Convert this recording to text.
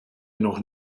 noch